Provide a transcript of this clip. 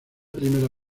primera